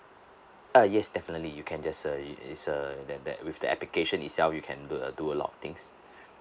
uh yes definitely you can just uh it is err that that with the application itself you can do a do a lot of things